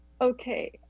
okay